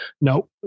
No